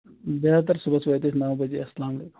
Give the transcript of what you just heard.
بہتر صُبحَس وٲتۍ أسۍ نَو بَجے اَسلام علیکُم